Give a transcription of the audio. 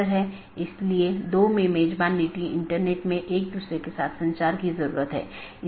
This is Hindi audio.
BGP को एक एकल AS के भीतर सभी वक्ताओं की आवश्यकता होती है जिन्होंने IGBP कनेक्शनों को पूरी तरह से ठीक कर लिया है